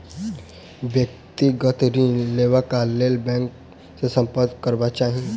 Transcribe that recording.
व्यक्तिगत ऋण लेबाक लेल बैंक सॅ सम्पर्क करबाक चाही